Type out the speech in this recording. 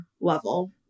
level